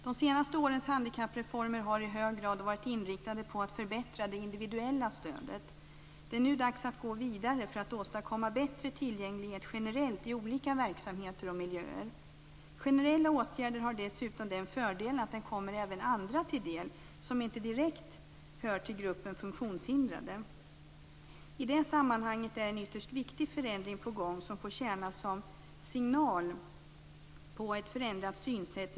De senaste årens handikappreformer har i hög grad varit inriktade på att förbättra det individuella stödet. Det är nu dags att gå vidare för att åstadkomma bättre tillgänglighet generellt, i olika verksamheter och miljöer. Generella åtgärder har dessutom den fördelen att de kommer även andra, som inte direkt hör till gruppen funktionshindrade, till del. I det sammanhanget är en ytterst viktig förändring på gång, som får tjäna som en signal på ett förändrat synsätt.